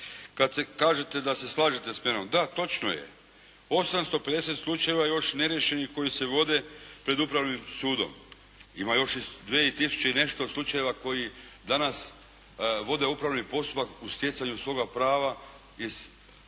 Kad kažete da se slažete sa mnom. Da, točno je. 850 slučajeva je još neriješenih koji se vode pred Upravnim sudom. Ima još i 2 tisuće i nešto slučajeva koji danas vode upravni postupak u stjecanju svoga prava iz